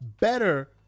better